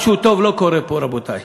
משהו טוב לא קורה פה, רבותי.